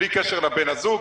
בלי קשר לבן הזוג,